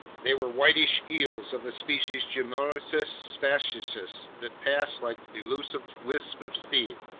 there were whitish eels of the species gymnotus fasciatus that passed like elusive wisps of steam,